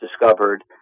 discovered